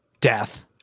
death